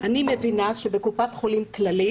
אני מבינה שבקופת חולים כללית